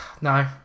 No